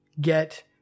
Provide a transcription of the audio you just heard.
get